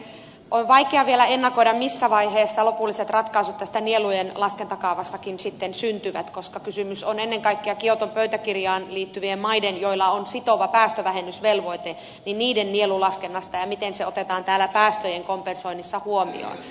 on vaikea vielä ennakoida missä vaiheessa lopulliset ratkaisut tästä nielujen laskentakaavastakin sitten syntyvät koska kysymys on ennen kaikkea kioton pöytäkirjaan liittyvien maiden joilla on sitova päästövähennysvelvoite nielulaskennasta ja siitä miten se otetaan täällä päästöjen kompensoinnissa huomioon